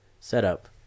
setup